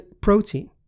protein